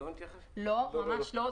ממש לא.